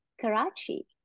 Karachi